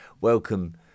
welcome